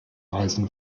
reisen